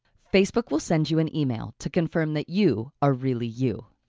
facebook will send you an email to confirm that you are really you.